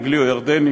אנגלי או ירדני,